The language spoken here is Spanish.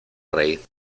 rey